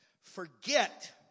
Forget